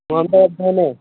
कौन सा है